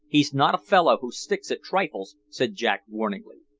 he's not a fellow who sticks at trifles, said jack warningly.